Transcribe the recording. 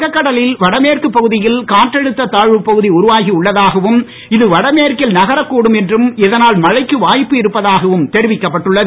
வங்ககடலில் வடமேற்கு பகுதியில் காற்றழுத்த தாழ்வுப் பகுதி உருவாகி உள்ளதாகவும் இது வடமேற்கில் நகரக் கூடும் என்றும் இதனால் மழைக்கு வாய்ப்பு இருப்பதாகவும் தெரிவிக்கப்பட்டுள்ளது